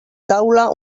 taula